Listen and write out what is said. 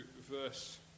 verse